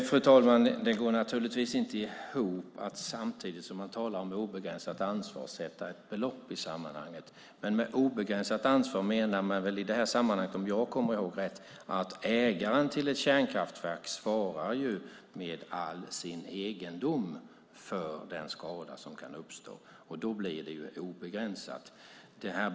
Fru talman! Det går naturligtvis inte ihop att samtidigt som man talar om obegränsat ansvar sätta ett belopp i sammanhanget. Med obegränsat ansvar menar man dock i detta sammanhang, om jag kommer ihåg rätt, att ägaren till ett kärnkraftverk svarar med all sin egendom för den skada som kan uppstå. Då blir det obegränsat.